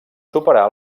superar